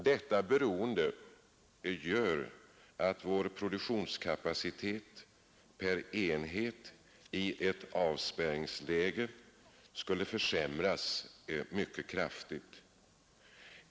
Detta beroende gör att vår produktionskapacitet per enhet i ett avspärrningsläge skulle försämras mycket kraftigt.